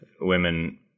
women